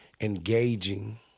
engaging